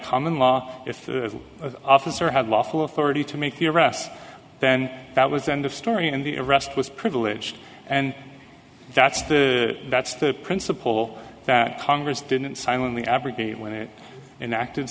common law if the officer had lawful authority to make the arrest then that was the end of story and the arrest was privileged and that's the that's the principle that congress didn't sign when